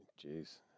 jeez